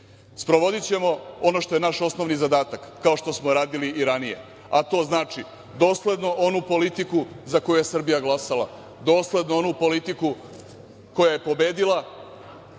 uspešnija. Sprovodićemo ono što je naš osnovni zadatak kao što smo radili i ranije, a to znači doslednu onu politiku za koju je Srbija glasala, doslednu onu politiku koja je pobedila